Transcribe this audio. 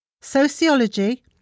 sociology